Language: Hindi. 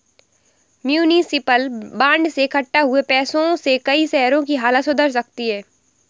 म्युनिसिपल बांड से इक्कठा हुए पैसों से कई शहरों की हालत सुधर सकती है